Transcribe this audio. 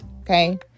Okay